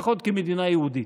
לפחות כמדינה יהודית.